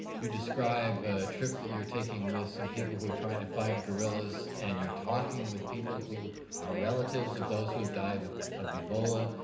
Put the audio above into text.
you describe a trip that you're taking with some people who are trying to find gorillas. and you're talking with people who are relatives of those who have died of ebola.